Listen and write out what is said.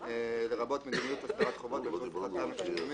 לרבות מדיניות הסדרת חובות באמצעות פריסתם לתשלומים